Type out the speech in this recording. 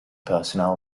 personnel